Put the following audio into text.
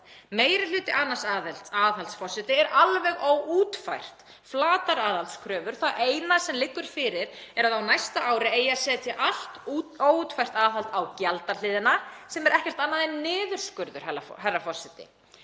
Meiri hluti annars aðhalds, forseti, er alveg óútfærður; flatar aðhaldskröfur. Það eina sem liggur fyrir er að á næsta ári eigi að setja allt út óútfært aðhald á gjaldahliðina, sem er ekkert annað en niðurskurður, herra forseti.